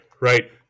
right